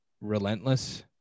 relentless